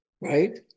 right